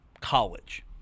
college